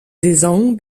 saison